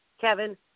Kevin